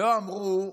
לא אמרו: